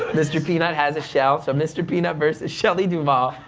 mr. peanut has a shell, so mr. peanut versus shelley duvall.